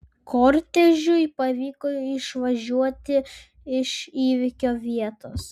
kortežui pavyko išvažiuoti iš įvykio vietos